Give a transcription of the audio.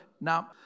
now